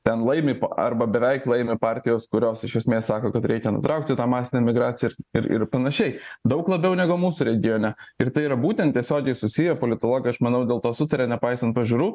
ten laimi arba beveik laimi partijos kurios iš esmės sako kad reikia nutraukti tą masinę įmigraciją ir ir panašiai daug labiau negu mūsų regione ir tai yra būtent tiesiogiai susiję politologai aš manau dėl to sutaria nepaisant pažiūrų